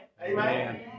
Amen